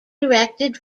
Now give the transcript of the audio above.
directed